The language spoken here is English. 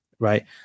Right